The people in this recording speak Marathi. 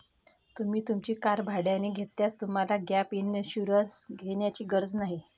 तुम्ही तुमची कार भाड्याने घेतल्यास तुम्हाला गॅप इन्शुरन्स घेण्याची गरज नाही